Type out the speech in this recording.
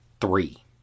three